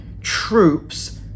troops